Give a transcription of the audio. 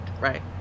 right